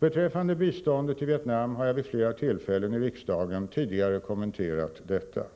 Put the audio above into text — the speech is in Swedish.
Beträffande biståndet till Vietnam vill jag säga att jag vid flera tillfällen i riksdagen har kommenterat detta.